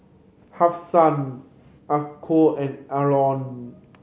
Hafsa Aqil and Aaron